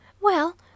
Well